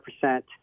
percent